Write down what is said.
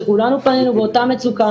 שכולנו פנינו באותה מצוקה,